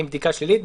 עם בדיקה שלילית,